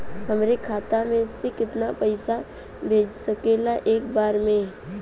हमरे खाता में से कितना पईसा भेज सकेला एक बार में?